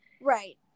Right